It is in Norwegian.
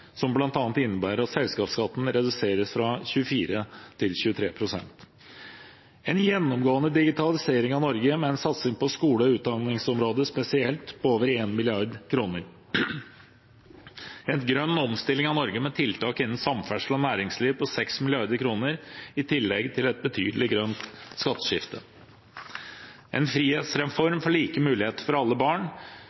som bl.a. innebærer at selskapsskatten reduseres fra 24 pst. til 23 pst. ; en gjennomgående digitalisering av Norge med en satsing på skole og utdanningsområdet spesielt på over 1 mrd. kr; en grønn omstilling av Norge med tiltak innen samferdsel og næringsliv på 6 mrd. kr, i tillegg til et betydelig grønt skatteskifte; en